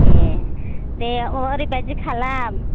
ए दे अ ओरैबायदि खालाम